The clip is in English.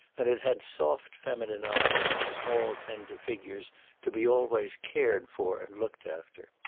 and it had soft feminine eyes and small tender figures to be always cared for and looked after.